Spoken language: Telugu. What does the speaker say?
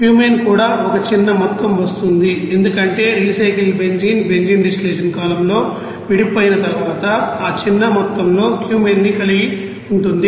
క్యూమెన్ కూడా ఒక చిన్న మొత్తం వస్తుంది ఎందుకంటే recycle benzene benzene distillation column లో విడిపోయిన తరువాత ఆ చిన్న మొత్తంలో క్యుమెనీని కలిగి ఉంటుంది